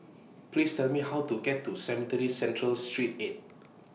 Please Tell Me How to get to Cemetry Central Street eight